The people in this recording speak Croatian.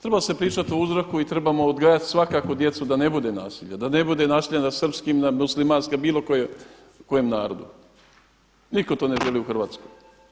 Treba se pričati o uzroku i trebamo odgajati svakako djecu da ne bude nasilja, da ne bude nasilja nad srpskim nad muslimanskim bilo kojem narodu, niko to ne želi u Hrvatskoj.